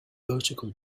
vertical